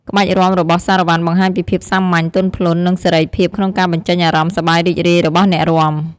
ក្បាច់រាំរបស់សារ៉ាវ៉ាន់បង្ហាញពីភាពសាមញ្ញ ទន់ភ្លន់ និងសេរីភាពក្នុងការបញ្ចេញអារម្មណ៍សប្បាយរីករាយរបស់អ្នករាំ។